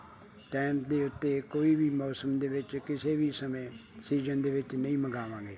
time ਦੇ ਉੱਤੇ ਕੋਈ ਵੀ ਮੌਸਮ ਦੇ ਵਿੱਚ ਕਿਸੇ ਵੀ ਸਮੇਂ ਸੀਜਨ ਦੇ ਵਿੱਚ ਨਹੀਂ ਮੰਗਾਵਾਂਗੇ